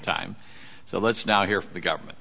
time so let's now hear from the government